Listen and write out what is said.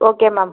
okay ma'am